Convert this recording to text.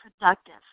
productive